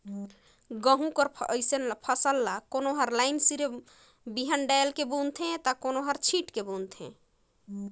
गहूँ कर फसिल ल कोनो हर लाईन सिरे बीहन डाएल के बूनथे ता कोनो हर छींट के बूनथे